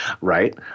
Right